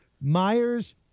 Myers